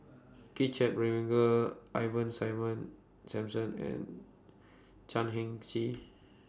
Kit Chan Ivan Simon Simson and Chan Heng Chee